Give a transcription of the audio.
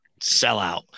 sellout